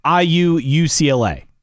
IU-UCLA